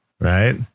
right